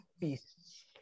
Peace